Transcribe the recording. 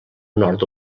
nord